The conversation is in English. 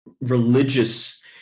religious